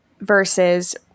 versus